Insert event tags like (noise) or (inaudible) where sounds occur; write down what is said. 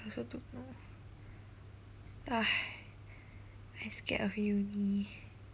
(breath) I scared of uni